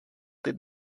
did